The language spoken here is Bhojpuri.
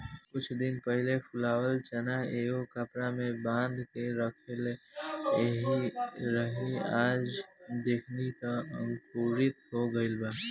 कुछ दिन पहिले फुलावल चना एगो कपड़ा में बांध के रखले रहनी आ आज देखनी त अंकुरित हो गइल बा